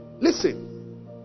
Listen